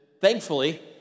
thankfully